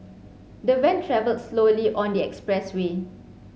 the van traveled slowly on the expressway